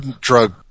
drug